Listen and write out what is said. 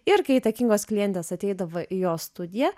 ir kai įtakingos klientės ateidavo į jo studiją